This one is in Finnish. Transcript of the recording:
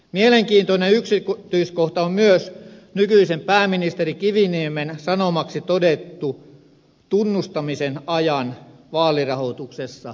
mielenkiintoinen yksityiskohta on myös nykyisen pääministerin kiviniemen sanomaksi todettu tunnustamisen aika vaalirahoituksessa on ohi